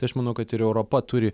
tai aš manau kad ir europa turi